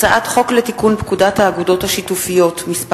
הצעת חוק לתיקון פקודת האגודות השיתופיות (מס'